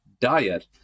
diet